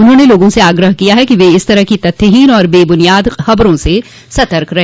उन्होंने लोगों से आग्रह किया है कि वह इस तरह की तथ्यहीन और बेबुनियाद खबरों से सतर्क रहे